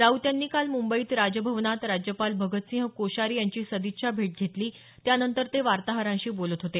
राऊत यांनी काल मुंबईत राजभवनात राज्यपाल भगतसिंह कोश्यारी यांची सदिच्छा भेट घेतली त्यानंतर ते वार्ताहरांशी बोलत होते